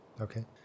Okay